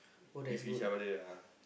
with each other ah